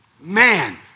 Man